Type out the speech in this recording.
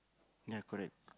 ya correct